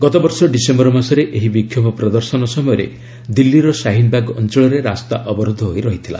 ଗତବର୍ଷ ଡିସେମ୍ବର ମାସରେ ଏହି ବିକ୍ଷୋଭ ପ୍ରଦର୍ଶନ ସମୟରେ ଦିଲ୍ଲୀର ଶାହିନବାଗ ଅଞ୍ଚଳରେ ରାସ୍ତା ଅବରୋଧ ହୋଇ ରହିଥିଲା